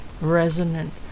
resonant